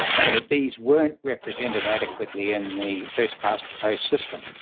and that these weren't represented adequately in the first-past-the-post system.